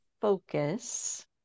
focus